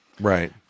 Right